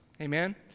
Amen